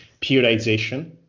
periodization